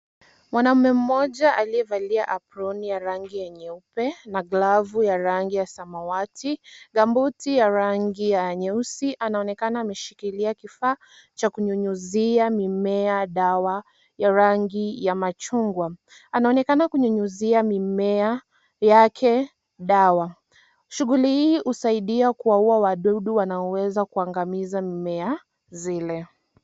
Mwanaume mmoja aliyevalia aproni ya rangi nyeupe na glavu ya rangi samawati, gambuti ya rangi ya nyeusi anaonekana ameshikilia kifaa cha kunyunyizia mimea dawa ya rangi ya machungwa anaonekana kunyunyizia mimea yake dawa, shughuli hii inasaidia kuuwa wadudu wanaoweza kuangamiza mimea zile.